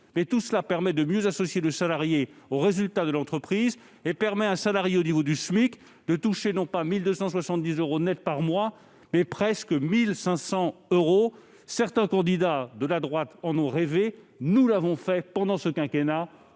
tout cela permet de mieux associer les salariés aux résultats de l'entreprise, de sorte qu'un salarié rémunéré au niveau du SMIC pourra toucher non pas 1 270 euros net par mois, mais presque 1 500 euros. Certains candidats de la droite en ont rêvé, nous l'avons fait pendant ce quinquennat,